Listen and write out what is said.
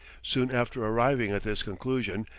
soon after arriving at this conclusion,